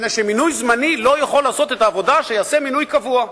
מפני שמינוי זמני לא יכול לעשות את העבודה שיעשה מינוי קבוע,